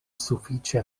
sufiĉe